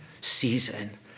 season